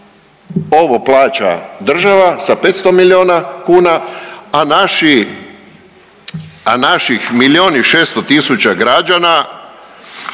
Ovo plaća država sa 500 miljuan kuna, a naši, a naših milijun i 600 tisuća građana